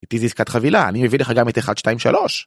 איתי זה עסקת חבילה, אני מביא לך גם את 1-2-3